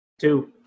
Two